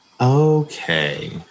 Okay